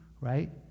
right